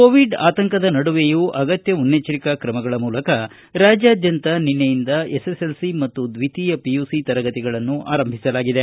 Covid ಆತಂಕದ ನಡುವೆಯೂ ಅಗತ್ಯ ಮುನ್ನೆಚ್ಚರಿಕಾ ಕ್ರಮಗಳ ಮೂಲಕ ರಾಜ್ಯಾದ್ಯಂತ ನಿನ್ನೆಯಿಂದ ಎಸ್ಎಸ್ಎಲ್ಸಿ ಮತ್ತು ದ್ವಿತೀಯ ಪಿಯುಸಿ ತರಗತಿಗಳನ್ನು ಆರಂಭಿಸಲಾಗಿದೆ